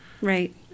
Right